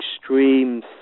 extreme